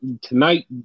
tonight